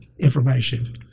information